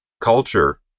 culture